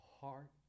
heart